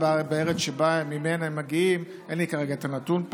אני שואל: